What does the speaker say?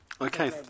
okay